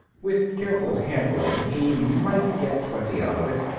with careful handling he might get twenty out of it,